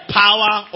power